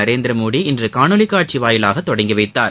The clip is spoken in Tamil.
நரேந்திரமோடி இன்று காணொலி காட்சி வாயிலாக தொடங்கி வைத்தார்